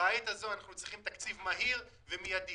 שבעת הזו אנחנו צריכים תקציב מהיר ומידי.